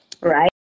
right